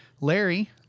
Larry